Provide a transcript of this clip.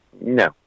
No